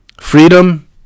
Freedom